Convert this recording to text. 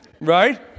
Right